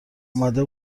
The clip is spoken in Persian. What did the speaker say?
اومده